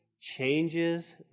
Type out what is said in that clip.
changes